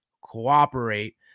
cooperate